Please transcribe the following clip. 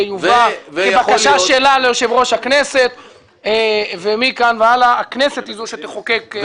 זה יובא כבקשה שלה ליושב-ראש הכנסת ומכאן והלאה הכנסת היא זו שתחוקק,